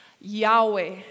Yahweh